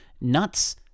Nuts